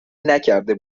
نکرده